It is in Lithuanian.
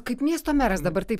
kaip miesto meras dabar taip